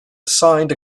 assigned